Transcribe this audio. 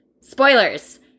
Spoilers